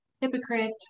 hypocrite